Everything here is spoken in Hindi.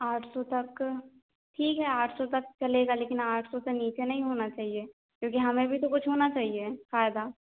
आठ सौ तक ठीक है आठ सौ तक चलेगा लेकिन आठ सौ से नीचे नहीं होना चाहिए क्योंकि हमें भी तो कुछ होना चाहिए फ़ायदा